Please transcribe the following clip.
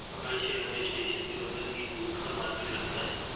हमारे शहर में स्टेशन के बगल ही दूध का मार्केट लगता है